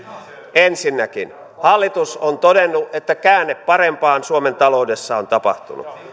ensinnäkin hallitus on todennut että käänne parempaan suomen taloudessa on tapahtunut